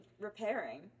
repairing